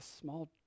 small